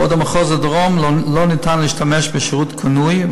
בעוד במחוז הדרום לא ניתן להשתמש בשירות קנוי,